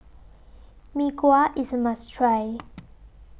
Mee Kuah IS A must Try